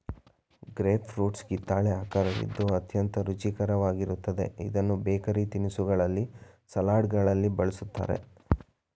grape fruits ಕಿತ್ತಲೆ ಆಕರವಿದ್ದು ಅತ್ಯಂತ ರುಚಿಕರವಾಗಿರುತ್ತದೆ ಇದನ್ನು ಬೇಕರಿ ತಿನಿಸುಗಳಲ್ಲಿ, ಸಲಡ್ಗಳಲ್ಲಿ ಬಳ್ಸತ್ತರೆ